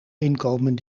inkomen